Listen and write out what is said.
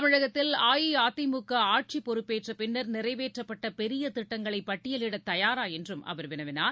தமிழகத்தில் அஇஅதிமுக ஆட்சி பொறுப்பேற்ற பின்னா் நிறைவேற்றப்பட்ட பெரிய திட்டங்களை பட்டியலிட தயாரா என்றும் அவர் வினவினார்